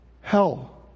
hell